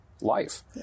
life